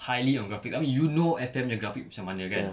highly on graphic I mean you know F_M nya graphic macam mana kan